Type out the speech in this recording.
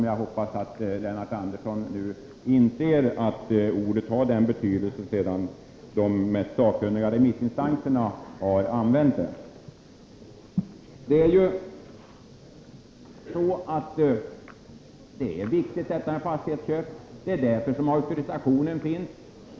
Jag hoppas att Lennart Andersson nu inser att ordet har den nämnda betydelsen, eftersom de mest sakkunniga remissinstanserna har använt det på det sätt som skett. Fastighetsköp är viktiga. Det är därför som auktorisationen finns.